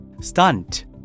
stunt